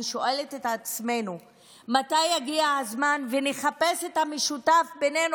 אני שואלת את עצמי מתי יגיע הזמן ונחפש את המשותף בינינו,